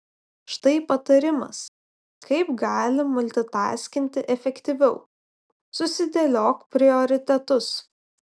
štai patarimas kaip gali multitaskinti efektyviau susidėliok prioritetus